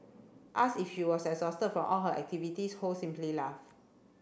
asked if she was exhausted from all her activities Ho simply laughed